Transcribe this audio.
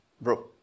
bro